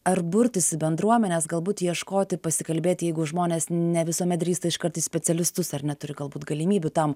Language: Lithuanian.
ar burtis į bendruomenes galbūt ieškoti pasikalbėti jeigu žmonės ne visuomet drįsta iškart į specialistus ar neturi galbūt galimybių tam